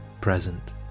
present